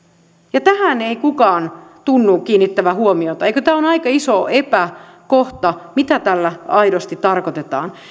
tähän ei kukaan tunnu kiinnittävän huomiota eikö tämä ole aika iso epäkohta mitä tällä aidosti tarkoitetaan